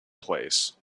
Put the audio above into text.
place